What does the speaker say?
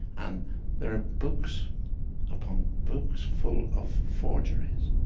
and there are books upon books full of forgeries.